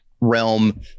realm